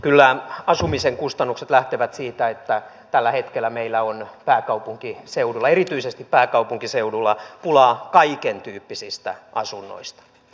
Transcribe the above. kyllä asumisen kustannukset lähtevät siitä että tällä hetkellä meillä on erityisesti pääkaupunkiseudulla pulaa kaikentyyppisistä asunnoista